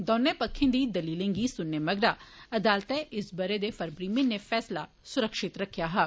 दौने पक्खे दी दलील गी सुनने मगरा अदालतै इस ब'रे फरवरी म्हीनें फैसला सुरक्षित रक्खेआ हा